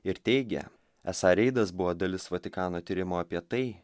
ir teigė esą reidas buvo dalis vatikano tyrimo apie tai